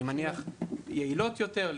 אני מניח שיעילות יותר,